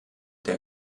der